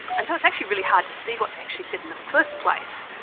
and so it's actually really hard to see what they actually said in the first place.